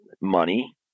money